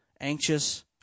anxious